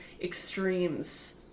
extremes